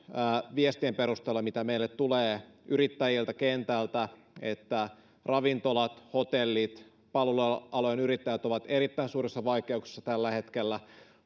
viestien perusteella mitä meille tulee yrittäjiltä kentältä että ravintolat hotellit palvelualojen yrittäjät ovat erittäin suurissa vaikeuksissa tällä hetkellä